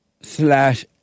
slash